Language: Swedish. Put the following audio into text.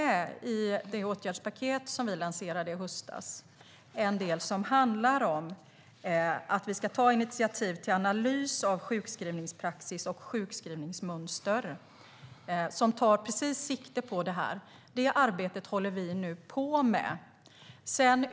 I det åtgärdspaket som vi lanserade i höstas finns en del som handlar om att vi ska ta initiativ till analys av sjukskrivningspraxis och sjukskrivningsmönster som tar sikte på just detta. Detta arbete håller vi nu på med.